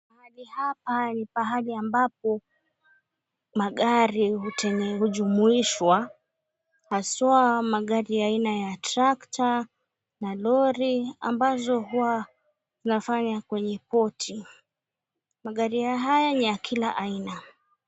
Mahali hapa ni pahali ambapo magari hujumuishwa, haswa magari aina ya tractor na lori, ambazo huwa zinafanya kwenye poti. Magari ya haya ni ya kila aina.